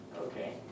Okay